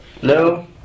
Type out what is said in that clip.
Hello